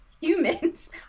humans